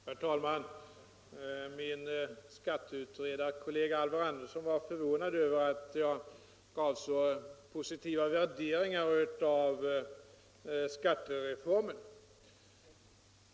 Herr talman! Min skatteutredarkollega herr Alvar Andersson var förvånad över att jag gav så positiva värderingar av skattereformen.